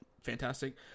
Fantastic